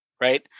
Right